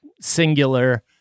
singular